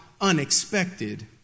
unexpected